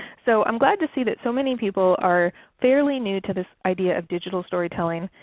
so i'm glad to see that so many people are fairly new to this idea of digital storytelling.